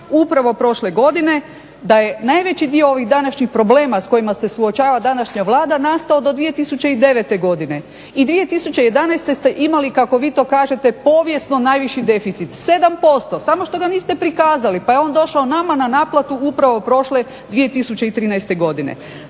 upravo prošle godine da je najveći dio ovih današnjih problema s kojima se suočava nastalo do 2009. godine i 2011. ste imali kako vi to kažete povijesno najviši deficit, 7%, samo što ga niste prikazali pa je on došao nama na naplatu upravo prošle 2013. godine.